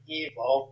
evil